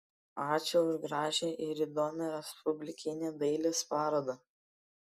ačiū už gražią ir įdomią respublikinę dailės parodą